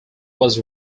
was